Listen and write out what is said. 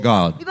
God